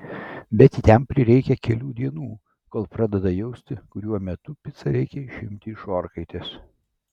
bet jam prireikia kelių dienų kol pradeda justi kuriuo metu picą reikia išimti iš orkaitės